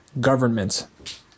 government